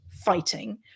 fighting